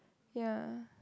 ya